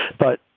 but,